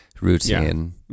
Routine